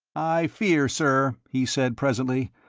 i fear, sir, he said, presently,